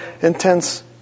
intense